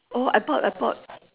oh I bought I bought